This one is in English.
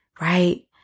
right